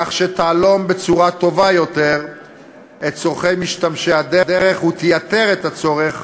כך שתהלום בצורה טובה יותר את צורכי משתמשי הדרך ותייתר את הצורך,